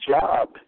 job